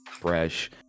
fresh